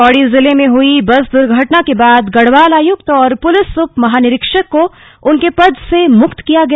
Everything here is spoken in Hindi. पौड़ी जिले में हुई बस दुर्घटना के बाद गढ़वाल आयुक्त और पुलिस उपमहानिरीक्षक को उनके पर से मुक्त किया गया